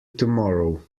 tomorrow